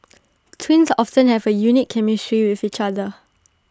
twins often have A unique chemistry with each other